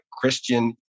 Christian